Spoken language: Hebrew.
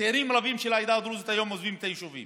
צעירים רבים של העדה הדרוזית היום עוזבים את היישובים